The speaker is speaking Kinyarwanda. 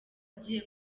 agiye